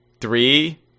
Three